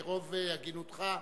ברוב הגינותך,